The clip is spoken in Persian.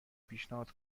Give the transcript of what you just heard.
پیشنهاد